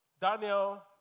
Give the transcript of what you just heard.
Daniel